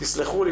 תסלחו לי,